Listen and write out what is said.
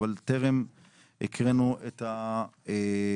אבל טרם הקראנו את הטבלאות,